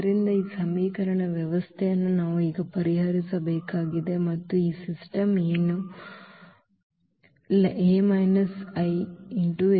ಆದ್ದರಿಂದ ಈ ಸಮೀಕರಣದ ವ್ಯವಸ್ಥೆಯನ್ನು ನಾವು ಈಗ ಪರಿಹರಿಸಬೇಕಾಗಿದೆ ಮತ್ತು ಈಗ ಸಿಸ್ಟಮ್ ಏನು x 0